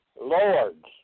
lords